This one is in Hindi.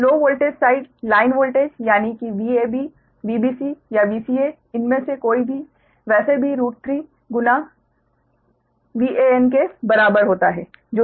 तो low voltage side line voltage यानि कि Vab Vbc या Vca इनमे से कोई भी वैसे भी √𝟑 गुना VAn के बराबर होता है